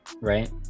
Right